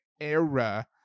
era